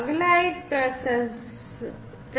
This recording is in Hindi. अगला एक प्रसंग है